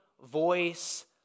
voice